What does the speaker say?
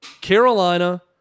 Carolina